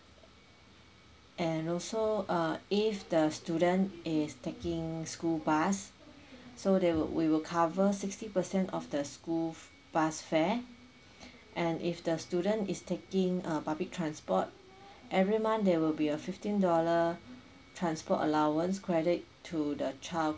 and also uh if the student is taking school bus so they will we will cover sixty percent of the school bus fare and if the student is taking uh public transport every month there will be a fifteen dollar transport allowance credit to the child